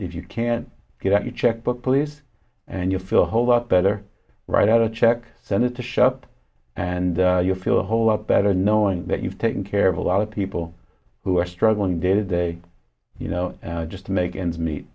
if you can't get your checkbook please and you feel whole lot better write out a check send it to shop and you feel a whole lot better knowing that you've taken care of a lot of people who are struggling day to day you know just to make ends meet